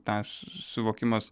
tas suvokimas